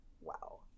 wow